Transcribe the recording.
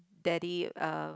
daddy uh